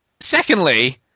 Secondly